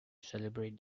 celebrate